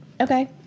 Okay